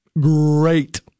great